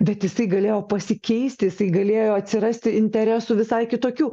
bet jisai galėjo pasikeisti jisai galėjo atsirasti interesų visai kitokių